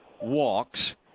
walks